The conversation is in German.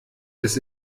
des